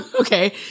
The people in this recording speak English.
okay